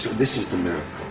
this is the miracle.